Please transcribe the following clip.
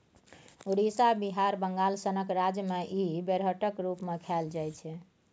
उड़ीसा, बिहार, बंगाल सनक राज्य मे इ बेरहटक रुप मे खाएल जाइ छै